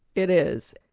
it is.